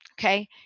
okay